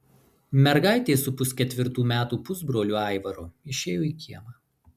mergaitė su pusketvirtų metų pusbroliu aivaru išėjo į kiemą